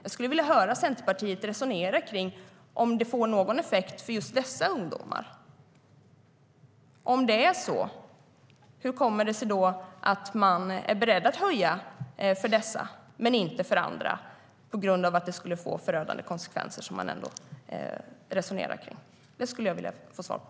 Jag skulle vilja höra Centerpartiet resonera om det får någon effekt för just dessa ungdomar. Om det är så, hur kommer det sig då att man är beredd att höja för dessa men inte för andra, på grund av att det skulle komma att få förödande konsekvenser som man resonerar kring? Detta skulle jag vilja få svar på.